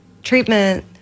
treatment